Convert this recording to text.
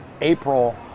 April